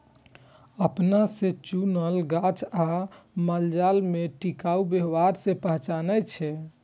अपना से चुनल गाछ आ मालजाल में टिकाऊ व्यवहार से पहचानै छै